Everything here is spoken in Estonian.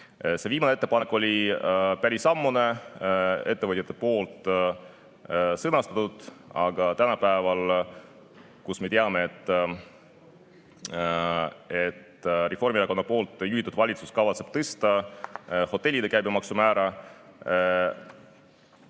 See viimane ettepanek on päris ammune, ettevõtjate poolt sõnastatud, aga tänapäeval – teades, et Reformierakonna juhitud valitsus kavatseb tõsta hotellide käibemaksu määra